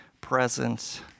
presence